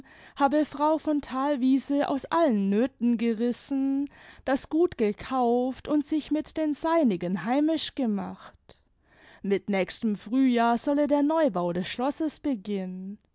habe frau von thalwiese aus allen nöthen gerissen das gut gekauft und sich mit den seinigen heimisch gemacht mit nächstem frühjahr solle der neubau des schlosses beginnen